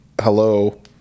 hello